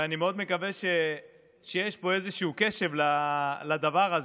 ואני מאוד מקווה שיש פה איזשהו קשב לדבר הזה,